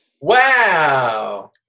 Wow